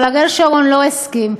אבל אריאל שרון לא הסכים.